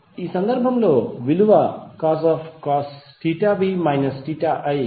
ఆ సందర్భంలో విలువ cos v i 1